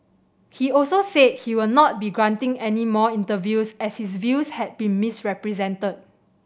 he also said he will not be granting any more interviews as his views had been misrepresented